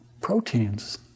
proteins